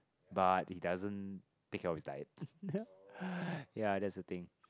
but he doesn't take care of his diet ya that's the thing